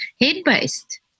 head-based